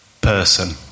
person